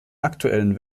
aktuellen